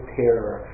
terror